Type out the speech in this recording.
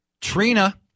Trina